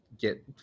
get